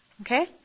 okay